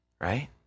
right